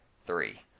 three